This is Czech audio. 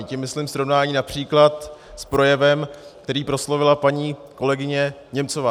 Tím myslím srovnání například s projevem, který proslovila paní kolegyně Němcová.